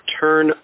turn